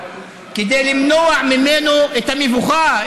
כדי למנוע ממנו את המבוכה,